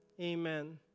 amen